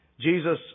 Jesus